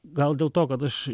gal dėl to kad aš